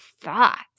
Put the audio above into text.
thoughts